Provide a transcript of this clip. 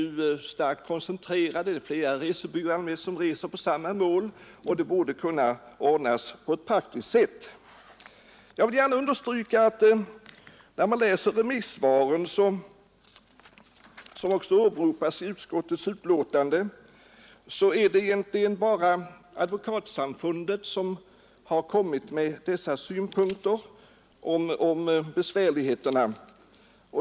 I allmänhet inriktar sig flera resebyråer på samma resemål, och med hänsyn härtill borde det finnas praktiska möjligheter att genomföra mitt förslag. Jag vill gärna understryka att av remissinstanserna är det egentligen bara Sveriges advokatsamfund som talat om besvärligheterna.